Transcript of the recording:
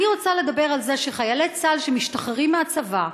אני רוצה לדבר על זה שחיילי צה"ל שמשתחררים מהצבא,